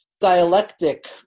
dialectic